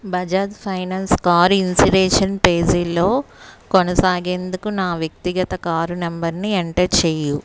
Bajaj finance car insurance పేజీలో కొనసాగేందుకు నా వ్యక్తిగత కారు నంబరును ఎంటర్ చేయుము